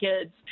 kids